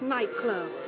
Nightclub